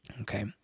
Okay